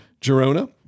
Girona